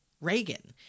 Reagan